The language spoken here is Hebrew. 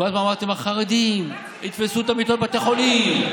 כל הזמן אמרתם: החרדים יתפסו את המיטות בבתי חולים.